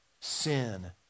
sin